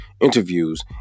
interviews